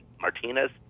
Martinez